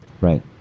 right